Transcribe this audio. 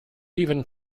even